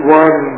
one